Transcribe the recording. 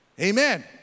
Amen